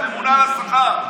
הממונה על השכר.